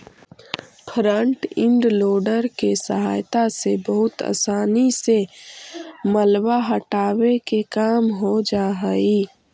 front end loader के सहायता से बहुत असानी से मलबा हटावे के काम हो जा हई